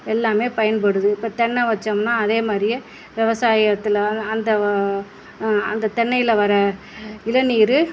எல்லாமே பயன்படுது இப்போ தென்னை வெச்சோம்னால் அதே மாதிரியே விவசாயத்துல வந்து அந்த அந்த தென்னையில் வர இளநீர்